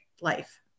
life